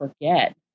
forget